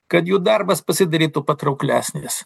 kad jų darbas pasidarytų patrauklesnis